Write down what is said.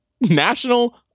National